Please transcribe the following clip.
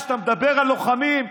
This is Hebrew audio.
כשאתה מדבר על לוחמים,